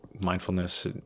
Mindfulness